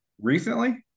Recently